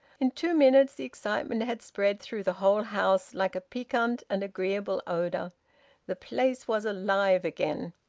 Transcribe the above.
in two minutes the excitement had spread through the whole house, like a piquant and agreeable odour. the place was alive again.